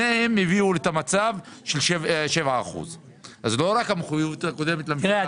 שניהם הביאו את המצב של 7%. אז לא רק המחויבות הקודמת לממשלה.